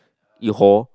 you whore